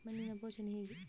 ಮಣ್ಣಿನ ಪೋಷಣೆ ಹೇಗೆ?